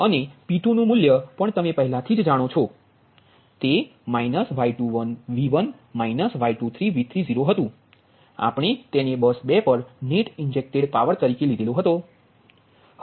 અને P2નુ મૂલ્ય પણ તમે પહેલાથી જ જાણો છો તે Y21V1 Y23V30 હતુ આપણે તેને બસ 2 પર નેટ ઇન્જેક્ટેડ પાવર તરીકે લીધેલો હતો